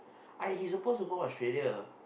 I he supposed to go Australia